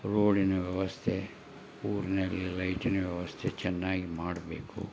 ರೋಡಿನ ವ್ಯವಸ್ಥೆ ಊರಿನಲ್ಲಿ ಲೈಟಿನ ವ್ಯವಸ್ಥೆ ಚೆನ್ನಾಗಿ ಮಾಡಬೇಕು